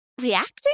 reacting